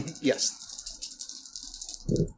Yes